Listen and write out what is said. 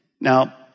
Now